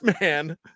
man